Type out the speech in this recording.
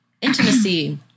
intimacy